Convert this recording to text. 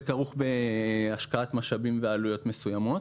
כרוך בהשקעת משאבים ועלויות מסוימות